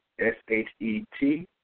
S-H-E-T